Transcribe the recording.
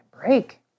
break